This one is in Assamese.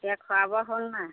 এতিয়া খোৱা বোৱা হ'ল নাই